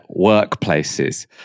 workplaces